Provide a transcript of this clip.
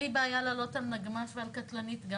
אין לי בעיה לעלות על נגמ"ש ועל קטלנית גם